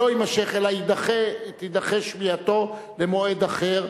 לא יימשך, אלא תידחה שמיעתו למועד אחר.